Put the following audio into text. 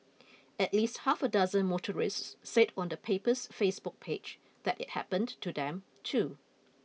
at least half a dozen motorists said on the paper's Facebook page that it happened to them too